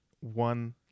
one